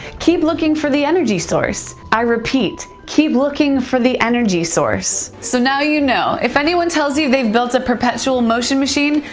keep looking for the energy source. i repeat, keep looking for the energy source. so now you know. if anyone tells you they've built a perpetual motion machine,